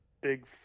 big